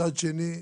מצד שני,